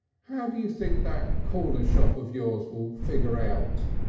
how do you think that corner shop of yours will figure out?